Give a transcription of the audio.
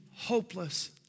hopeless